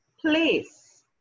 place